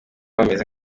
bameze